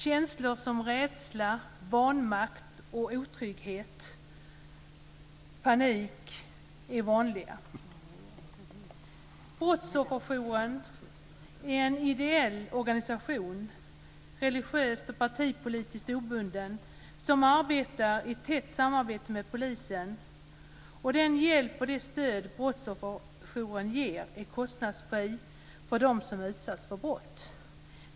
Känslor som rädsla, vanmakt, otrygghet och panik är vanliga. Brottsofferjouren är en ideell organisation, religiöst och partipolitiskt obunden, som arbetar i tätt samarbete med polisen. Den hjälp och det stöd som Brottsofferjouren ger är kostnadsfri för dem som har utsatts för brott.